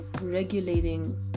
regulating